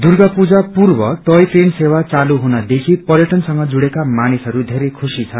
दुर्गा पूजा पूर्व toy train सेवा चालु हुनदेखि पर्यटन सँग जुडेका मानिसहरू धेरै खुशि छन्